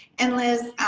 and liz,